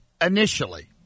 initially